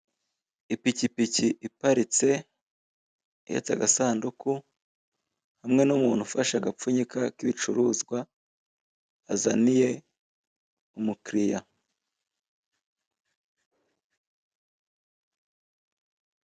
Ipikipiki iparitse, ihetse agasanduku, hamwe n'umuntu ufashe agapfunyika k'ibicuruzwa azaniye umukiriya.